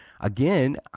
again